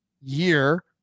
year